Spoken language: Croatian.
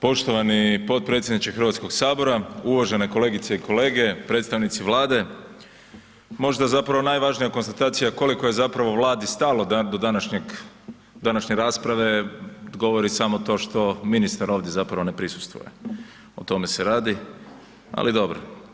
Poštovani potpredsjedniče HS, uvažene kolegice i kolege, predstavnici Vlade, možda najvažnija konstatacija koliko je zapravo Vladi stalo do današnje rasprave, govori samo to što ministar ovdje zapravo ne prisustvuje, o tome se radi, ali dobro.